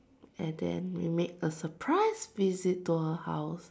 and then we made a surprise visit to her house